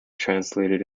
translated